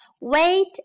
Wait